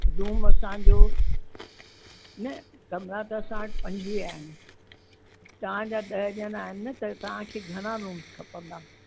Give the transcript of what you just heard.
room असांजो न कमरा त असां वटि पंजवीह आहिनि तव्हांजा ॾह ॼणा आहिनि न त तव्हांखे घणा रूम्स खपंदा